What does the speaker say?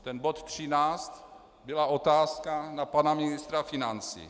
Ten bod 13 byla otázka na pana ministra financí.